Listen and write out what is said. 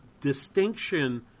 distinction